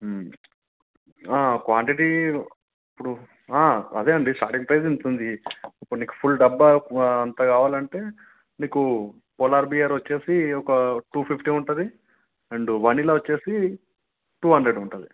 quantity ఇప్పుడు అదే అండి స్టార్టింగ్ ప్రైస్ ఇంత ఉంది ఇప్పుడు నీకు ఫుల్ డబ్బా అంత కావాలంటే మీకు పోలార్ బీర్ వచ్చి ఒక టూ ఫిఫ్టీ ఉంటుంది అండు వెనీలా వచ్చి టూ హండ్రెడ్ ఉంటుంది